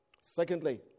Secondly